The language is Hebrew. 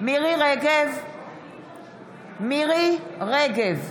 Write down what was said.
מירי מרים רגב,